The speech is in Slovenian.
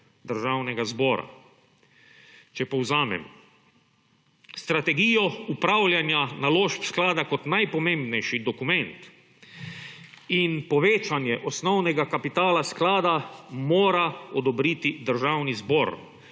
(nadaljevanje) Če povzamem, strategijo upravljanja naložb sklada, kot najpomembnejši dokument in povečanje osnovnega kapitala sklada, mora odobriti Državni zbor.